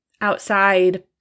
outside